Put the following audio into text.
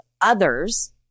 others